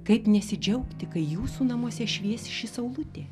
kaip nesidžiaugti kai jūsų namuose švies ši saulutė